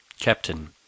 Captain